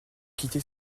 quitter